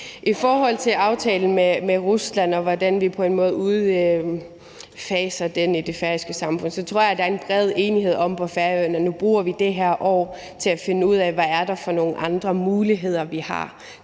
I forhold til aftalen med Rusland og hvordan vi udfaser den i det færøske samfund, tror jeg der er en bred enighed om på Færøerne, at vi nu bruger det her år til at finde ud af, hvilke andre muligheder vi har